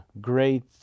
great